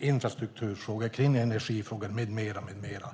infrastrukturfrågor, energifrågor med mera.